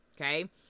okay